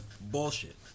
bullshit